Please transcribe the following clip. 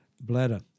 bladder